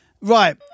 Right